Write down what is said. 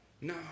No